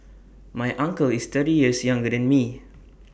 my uncle is thirty years younger than me